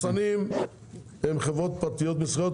מחסנים הם חברות פרטיות מסחריות,